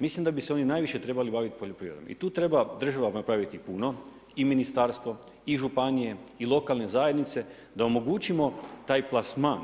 Mislim da bi se oni najviše trebali baviti poljoprivredom i tu treba država napraviti puno, i ministarstvo, i županije, i lokalne zajednice da omogućimo taj plasman